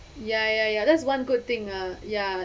ya ya ya that's one good thing ah ya